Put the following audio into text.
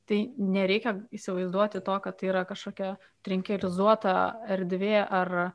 tai nereikia įsivaizduoti to kad tai yra kažkokia trinkelizuota erdvė ar